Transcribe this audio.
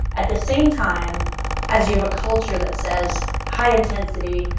at the same time as you have a culture that says high intensity,